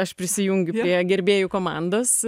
aš prisijungiu prie gerbėjų komandos